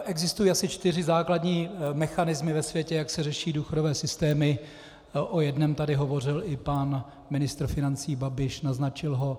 Existují asi čtyři základní mechanismy ve světě, jak se řeší důchodové systémy, o jednom tu hovořil i pan ministr financí Babiš, naznačil ho.